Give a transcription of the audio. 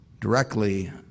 directly